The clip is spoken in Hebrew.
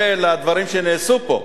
משתווה לדברים שנעשו פה.